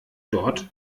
dort